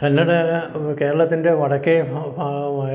കന്നഡ കേരളത്തിൻ്റെ വടക്കേ ഭാഗ ഭാഗമായ